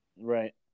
Right